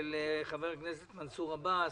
של חבר הכנסת מנסור עבאס,